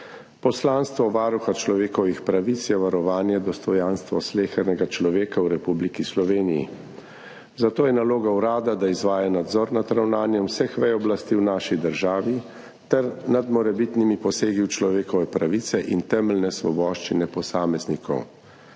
Poslanstvo Varuha človekovih pravic je varovanje dostojanstva slehernega človeka v Republiki Sloveniji, zato je naloga urada, da izvaja nadzor nad ravnanjem vseh vej oblasti v naši državi ter nad morebitnimi posegi v človekove pravice in temeljne svoboščine posameznikov.